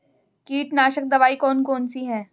कीटनाशक दवाई कौन कौन सी हैं?